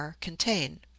contain